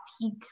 peak